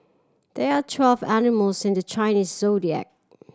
there are twelve animals in the Chinese Zodiac